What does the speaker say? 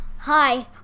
Hi